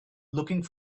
looking